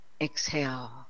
exhale